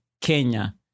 Kenya